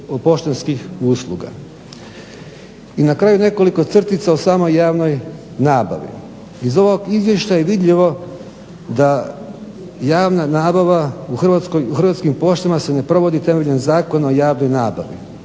poštanskih usluga. Na kraju nekoliko crtica o samoj javnoj nabavi. Iz ovog izvješća je vidljivo da javna nabava u Hrvatskim poštama se ne provodi temeljem Zakona o javnoj nabavi.